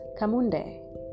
Kamunde